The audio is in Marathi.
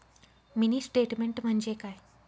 मिनी स्टेटमेन्ट म्हणजे काय?